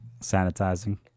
sanitizing